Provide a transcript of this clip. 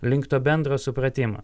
link to bendro supratimo